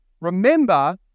Remember